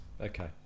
Okay